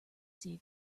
sea